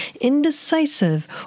indecisive